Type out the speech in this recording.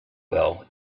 well